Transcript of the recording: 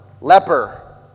leper